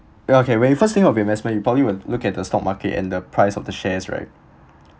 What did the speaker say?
ya okay when you first think of investment you probably would look at the stock market and the price of the shares right